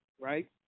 right